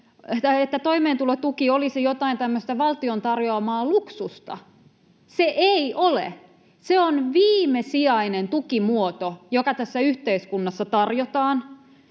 että toimeentulotuki olisi jotain valtion tarjoamaa luksusta. Se ei ole. Se on viimesijainen tukimuoto, joka tässä yhteiskunnassa tarjotaan.